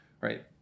right